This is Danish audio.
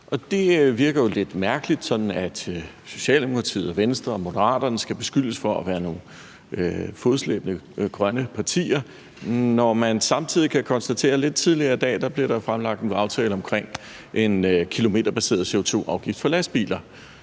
det virker jo lidt mærkeligt, at Socialdemokratiet og Venstre og Moderaterne skal beskyldes for at være nogle fodslæbende grønne partier, når man samtidig kan konstatere, at der lidt tidligere i dag blev fremlagt en aftale omkring en kilometerbaseret CO2-afgift for lastbiler,